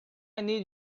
need